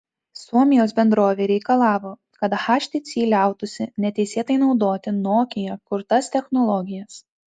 suomijos bendrovė reikalavo kad htc liautųsi neteisėtai naudoti nokia kurtas technologijas